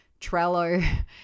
Trello